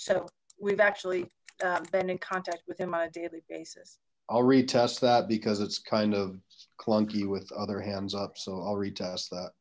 so we've actually been in contact with him on a daily basis i'll retest that because it's kind of clunky with other hands up so i'll retest that